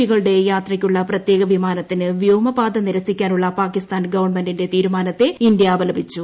പികളുടെ യാത്രയ്ക്കുള്ള പ്രത്യേക വിമാനത്തിന് വ്യോമപാത നിരസിക്കാനുള്ള പാകിസ്ഥാൻ ഗവൺമെന്റിന്റെ തീരുമാനത്തെ ഇന്ത്യ അപലപിച്ചു